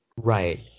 Right